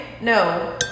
no